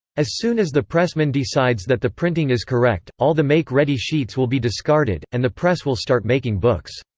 as soon as the pressman decides that the printing is correct, all the make-ready sheets will be discarded, and the press will start making books.